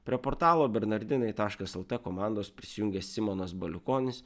prie portalo bernardinai taškas lt komandos prisijungęs simonas baliukonis